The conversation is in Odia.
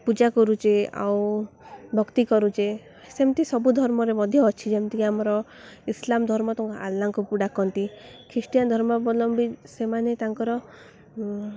ପୂଜା କରୁଛେ ଆଉ ଭକ୍ତି କରୁଛେ ସେମିତି ସବୁ ଧର୍ମରେ ମଧ୍ୟ ଅଛି ଯେମିତିକି ଆମର ଇସଲାମ ଧର୍ମ ତାଙ୍କ ଆଲ୍ଲାଙ୍କୁ ଡ଼ାକନ୍ତି ଖ୍ରୀଷ୍ଟିଆନ ଧର୍ମାଲମ୍ବୀ ସେମାନେ ତାଙ୍କର